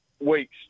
weeks